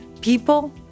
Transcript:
People